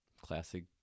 classic